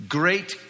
great